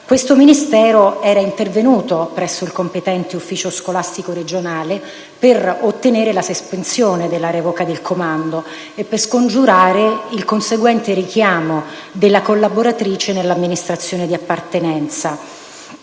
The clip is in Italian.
questo Ministero era intervenuto presso il competente ufficio scolastico regionale per ottenere la sospensione della revoca del comando e scongiurare il conseguente richiamo della collaboratrice nell'amministrazione di appartenenza.